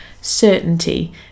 certainty